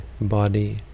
body